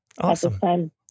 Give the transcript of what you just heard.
awesome